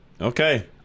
Okay